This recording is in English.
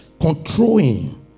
controlling